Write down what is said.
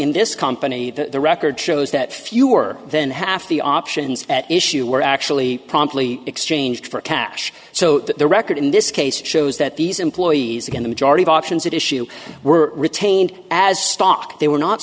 in this company the record shows that fewer than half the options at issue were actually promptly exchanged for cash so the record in this case shows that these employees again the majority of options at issue were retained as stock they were not